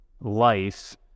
life